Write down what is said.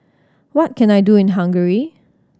what can I do in Hungary